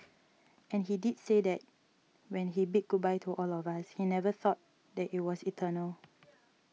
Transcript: and he did say that when he bid goodbye to all of us he never thought that it was eternal